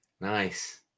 Nice